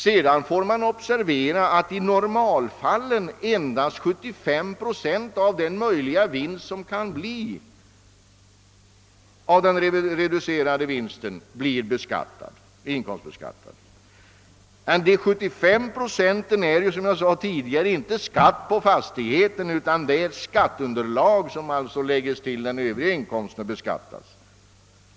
Sedan får man observera att i normalfallen endast 75 procent av den reducerade vinsten blir inkomstbeskattad. Men de 75 procenten utgör, som jag tidigare sade, inte skatt på fastigheten utan är ett skatteunderlag som alltså lägges till den övriga inkomsten och beskattas.